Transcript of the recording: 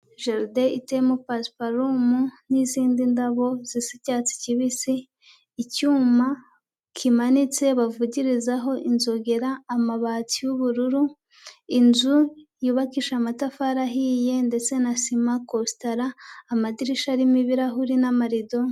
Jardin iteyemo pasiparumu n'izindi ndabo zisa icyatsi kibisi, icyuma kimanitse bavugirizaho inzogera, amabati y'ubururu, inzu yubakishije amatafari ahiye ndetse na sima kositara amadirishya arimo ibirahuri n'amarido.